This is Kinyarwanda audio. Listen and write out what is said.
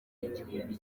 igihumbi